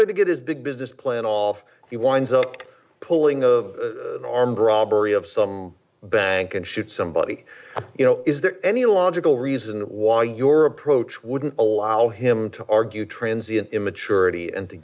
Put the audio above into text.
going to get his big business play and all of he winds up pulling the armed robbery of some bank and shoot somebody you know is there any logical reason why your approach wouldn't allow him to argue transience immaturity and to